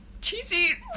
cheesy